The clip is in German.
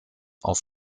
auf